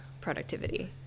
productivity